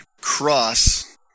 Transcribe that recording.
cross